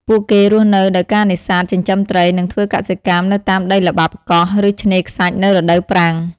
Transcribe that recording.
ពួកគេរស់នៅដោយការនេសាទ ចិញ្ចឹមត្រី និងធ្វើកសិកម្មនៅតាមដីល្បាប់កោះ ឬឆ្នេរខ្សាច់នៅរដូវប្រាំង។